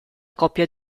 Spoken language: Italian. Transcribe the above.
coppia